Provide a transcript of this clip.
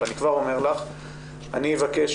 אני כבר אומר לך שאני אבקש